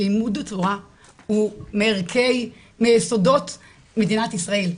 הלימוד תורה הוא מערכי ומיסודות מדינת ישראל.